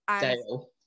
Dale